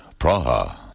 Praha